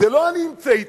לא אני המצאתי,